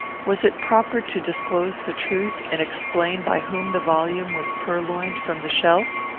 was it proper to disclose the truth and explain by whom the volume was purloined from the shelf?